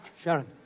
Sharon